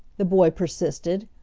the boy persisted,